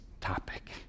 topic